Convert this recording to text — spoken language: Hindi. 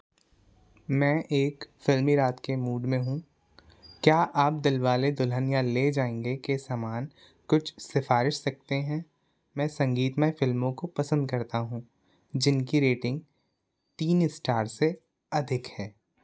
मैं एक फ़िल्मी रात के मूड में हूँ क्या आप दिलवाले दुल्हनिया ले जाएँगे के समान कुछ सिफ़ारिश सकते हैं मैं संगीतमय फ़िल्मों को पसंद करता हूँ जिनकी रेटिंग तीन इस्टार से अधिक है